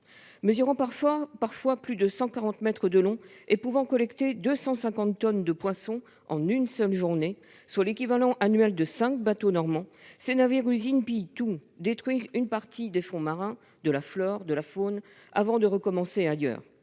Mesurant parfois plus de 140 mètres de long et pouvant collecter 250 tonnes de poissons en une seule journée, soit l'équivalent annuel de cinq bateaux normands, ces navires-usines pillent tout, détruisent une partie des fonds marins, de la flore, de la faune, avant de recommencer ailleurs.